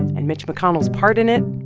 and mitch mcconnell's part in it,